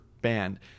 band